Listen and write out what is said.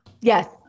Yes